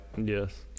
Yes